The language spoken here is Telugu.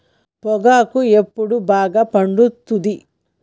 పొగాకు ఎప్పుడు బాగా పండుతుంది?